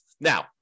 Now